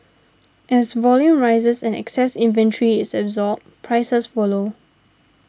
as volume rises and excess inventory is absorbed prices follow